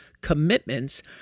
commitments